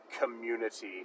community